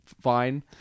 fine